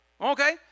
Okay